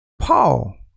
Paul